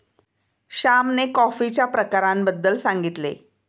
श्यामने कॉफीच्या प्रकारांबद्दल सांगितले